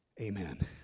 Amen